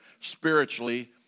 spiritually